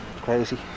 crazy